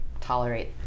tolerate